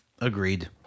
Agreed